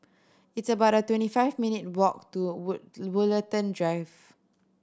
it's about twenty five minute walk to wood Drive